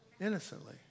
innocently